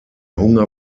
hunger